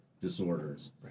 disorders